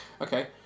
Okay